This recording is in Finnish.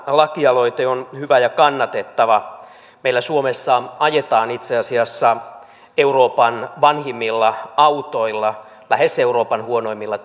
lakialoite on hyvä ja kannatettava meillä suomessa ajetaan itse asiassa euroopan vanhimmilla autoilla lähes euroopan huonoimmilla